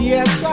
Yes